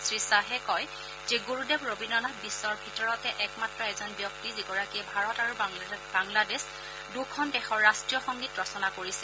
শ্ৰীখাহে কয় যে গুৰুদেৱ ৰবীন্দ্ৰনাথ বিশ্বৰ ভিৰতৰে একমাত্ৰ এজন ব্যক্তি যিগৰাকীয়ে ভাৰত আৰু বাংলাদেশ দুখন দেশৰ ৰাষ্ট্ৰীয় সংগীত ৰচনা কৰিছিল